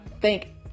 thank